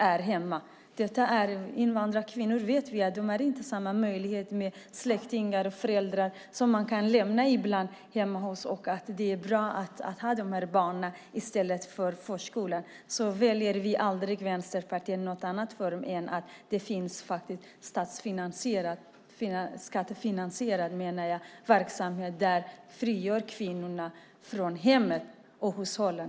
Vi vet att invandrarkvinnor inte har samma möjligheter med släktingar och föräldrar, som de ibland kan lämna barnen hos i stället för på förskolan. Vi i Vänsterpartiet väljer aldrig något annat för dem, men det finns faktiskt skattefinansierad verksamhet som frigör kvinnorna från hemmen och hushållen.